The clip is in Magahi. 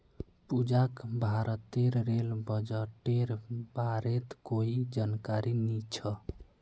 पूजाक भारतेर रेल बजटेर बारेत कोई जानकारी नी छ